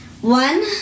One